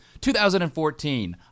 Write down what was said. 2014